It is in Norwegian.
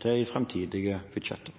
til i framtidige budsjetter.